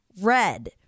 red